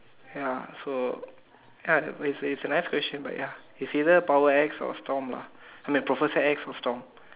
ya so ya like what you say it's a nice question but ya it's either power X or Storm lah I mean professor X or Storm